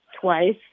twice